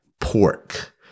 pork